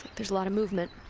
there's a lot of movement.